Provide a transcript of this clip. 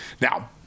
Now